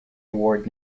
award